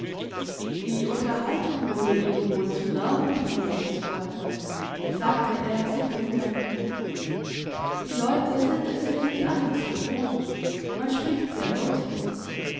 die unterhaltung wurde ihnen wohl zu lärmend gnädiges fräulein sagte er sich umwendend die leute sind es hier nicht anders gewohnt man spricht sehr laut hier